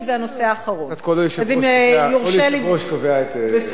כל יושב-ראש קובע את סדרי הדיון.